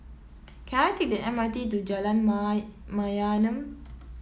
can I take the M R T to Jalan Mayaanam